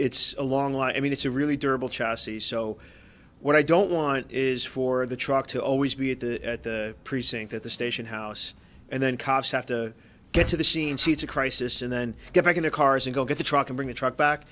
's a long line i mean it's a really durable chassis so what i don't want is for the truck to always be at the at the precinct at the station house and then cops have to get to the scene see it's a crisis and then get back in the cars and go get the truck and bring the truck back